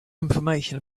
information